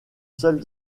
seule